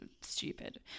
stupid